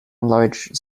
large